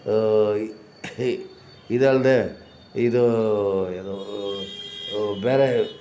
ಇದಲ್ಲದೇ ಇದು ಯಾವ್ದಾದ್ರೂ ಬೇರೆ